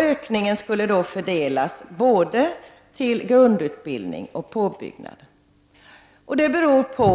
Ökningen skulle fördelas på både grundutbildning och påbyggnadsutbildning.